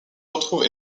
retrouve